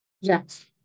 yes